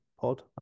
pod